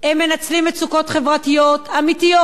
הם מנצלים מצוקות חברתיות אמיתיות,